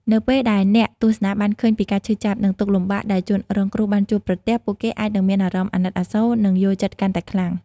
នៅពេលដែលអ្នកទស្សនាបានឃើញពីការឈឺចាប់ និងទុក្ខលំបាកដែលជនរងគ្រោះបានជួបប្រទះ ពួកគេអាចនឹងមានអារម្មណ៍អាណិតអាសូរ និងយល់ចិត្តកាន់តែខ្លាំង។